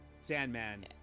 Sandman